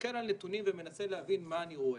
מסתכל על נתונים ומנסה להבין מה אני רואה.